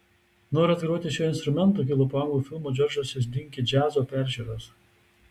noras groti šiuo instrumentu kilo po anglų filmo džordžas iš dinki džiazo peržiūros